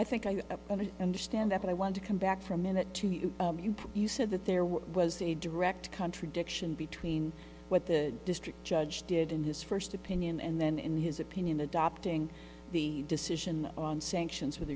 i think i understand that but i want to come back from minute to you said that there was a direct contradiction between what the district judge did in his first opinion and then in his opinion adopting the decision on sanctions with